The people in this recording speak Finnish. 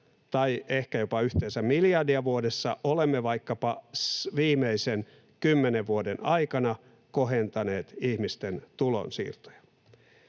tai ehkä yhteensä jopa miljardia vuodessa olemme vaikkapa viimeisen 10 vuoden aikana kohentaneet ihmisten tulonsiirtoja.